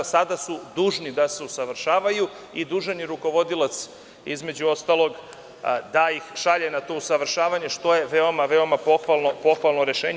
Sada su oni dužni da se usavršavaju i dužan je rukovodilac između ostalog da ih šalje na to usavršavanje što je veoma pohvalno rešenje.